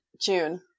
June